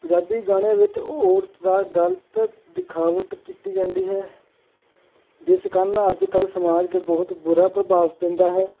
ਪੰਜਾਬੀ ਗਾਣੇ ਵਿੱਚ ਔਰਤ ਦਾ ਗਲਤ ਦਿਖਾਵਟ ਕੀਤੀ ਜਾਂਦੀ ਹੈ ਜਿਸ ਕਾਰਨ ਅੱਜ ਕੱਲ੍ਹ ਸਮਾਜ 'ਤੇ ਬਹੁਤ ਬੁਰਾ ਪ੍ਰਭਾਵ ਪੈਂਦਾ ਹੈ